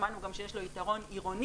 שמענו גם שיש לו יתרון עירוני